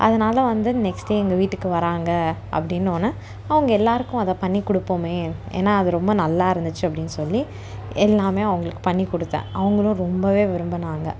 அதனால் வந்து நெக்ஸ்ட்டு எங்கள் வீட்டுக்கு வராங்க அப்படினோன அவங்க எல்லாேருக்கும் அதை பண்ணி கொடுப்போமே ஏன்னால் அது ரொம்ப நல்லாருந்துச்சு அப்படின் சொல்லி எல்லாமே அவங்களுக்கு பண்ணி கொடுத்தேன் அவங்களும் ரொம்பவே விரும்பினாங்க